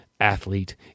athlete